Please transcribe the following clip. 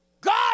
God